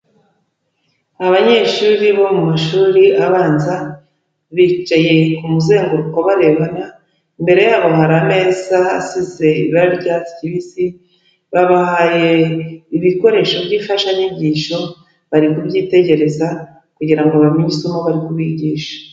Abanyeshuri bo mu mashuri abanza, bicaye ku muzenguruko barebana, imbere yabo hari ameza asize ibara ry'icyatsi kibisi, babahaye ibikoresho by'ifashanyigisho, bari kubyitegereza, kugira ngo bamenye isomo bari kubigisha.